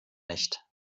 nicht